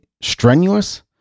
strenuous